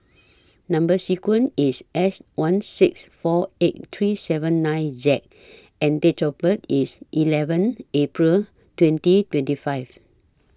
Number sequence IS S one six four eight three seven nine Z and Date of birth IS eleven April twenty twenty five